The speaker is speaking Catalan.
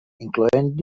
incloent